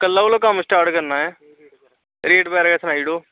कल्लै कोला कम्म स्टार्ट करना ऐ रेट बगैरा सनाई ओड़ो